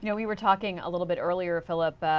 yeah we were talking a little bit earlier, philip,